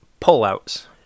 pullouts